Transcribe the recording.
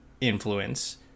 influence